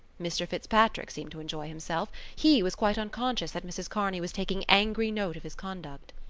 mr. fitzpatrick seemed to enjoy himself he was quite unconscious that mrs. kearney was taking angry note of his conduct.